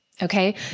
Okay